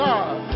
God